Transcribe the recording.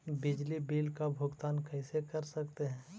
बिजली बिल का भुगतान कैसे कर सकते है?